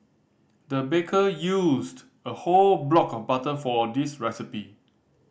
the baker used a whole block of butter for this recipe